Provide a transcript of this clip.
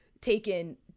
taken